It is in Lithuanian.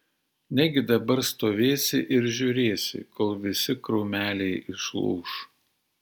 negi dabar stovėsi ir žiūrėsi kol visi krūmeliai išlūš